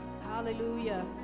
Hallelujah